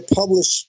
publish